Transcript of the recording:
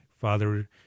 Father